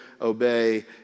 obey